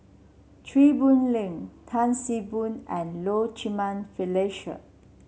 Chew Boon Lay Tan See Boo and Low Jimenez Felicia